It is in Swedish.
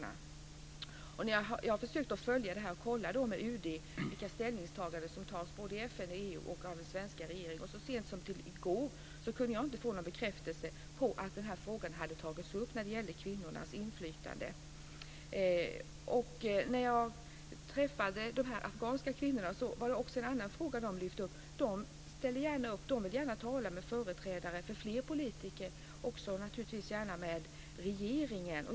Jag har försökt följa detta och kolla med UD vilka ställningstaganden som görs i FN, i EU och av den svenska regeringen. Och så sent som i går kunde jag inte få någon bekräftelse på att den här frågan om kvinnornas inflytande hade tagits upp. När jag träffade dessa afghanska kvinnor lyfte de också fram en annan fråga. De ställer gärna upp och vill gärna tala med företrädare för fler politiker och naturligtvis också gärna med regeringen.